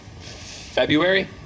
February